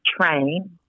train